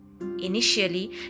Initially